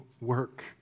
work